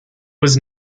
was